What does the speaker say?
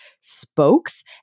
spokes